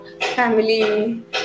family